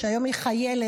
שהיום היא חיילת,